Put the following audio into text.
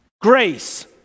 Grace